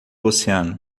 oceano